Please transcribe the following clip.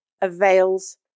avails